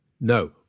No